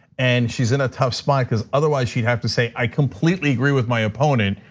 and she's in a tough spot. cuz otherwise, she'd have to say, i completely agree with my opponent,